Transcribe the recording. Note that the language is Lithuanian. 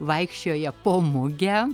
vaikščioja po mugę